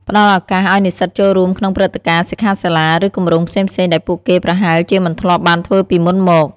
ផ្តល់ឱកាសឱ្យនិស្សិតចូលរួមក្នុងព្រឹត្តិការណ៍ សិក្ខាសាលា ឬគម្រោងផ្សេងៗដែលពួកគេប្រហែលជាមិនធ្លាប់បានធ្វើពីមុនមក។